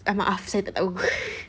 maaf saya tak tahu